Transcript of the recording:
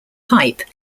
hype